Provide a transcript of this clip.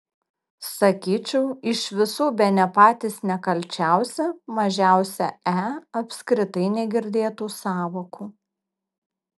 sakyčiau iš visų bene patys nekalčiausi mažiausia e apskritai negirdėtų sąvokų